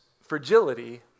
fragility